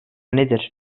nedir